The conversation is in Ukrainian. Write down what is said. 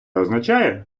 означає